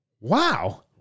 wow